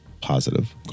positive